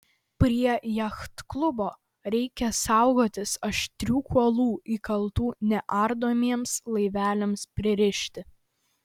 prie jachtklubo reikia saugotis aštrių kuolų įkaltų neardomiems laiveliams pririšti